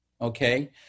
Okay